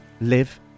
live